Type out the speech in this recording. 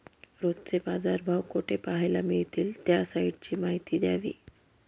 रोजचे बाजारभाव कोठे पहायला मिळतील? त्या साईटची माहिती द्यावी